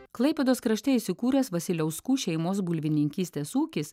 klaipėdos krašte įsikūręs vasiliauskų šeimos bulvininkystės ūkis